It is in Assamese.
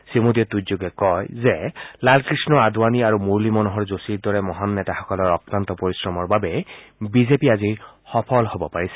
শ্ৰীমোদীয়ে টুইটযোগে কয় যে লালকৃষ্ণ আদবানি আৰু মুৰুলী মনোহৰ যোশীৰ দৰে মহান নেতাসকলৰ অক্লান্ত পৰিশ্ৰমৰ বাবেই বিজেপি আজি সফল হ'ব পাৰিছে